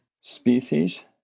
Species